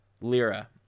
lira